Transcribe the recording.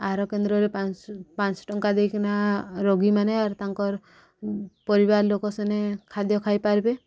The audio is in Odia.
ଆହାର କେନ୍ଦ୍ରରେ ପାଞ୍ଚ ପାଞ୍ଚଶହ ଟଙ୍କା ଦେଇକିନା ରୋଗୀମାନେ ଆର୍ ତାଙ୍କର ପରିବାର ଲୋକ ସେନେ ଖାଦ୍ୟ ଖାଇପାରିବେ